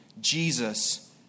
Jesus